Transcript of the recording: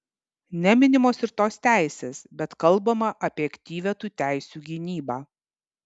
neminimos ir tos teisės bet kalbama apie aktyvią tų teisių gynybą